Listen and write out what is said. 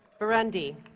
burundi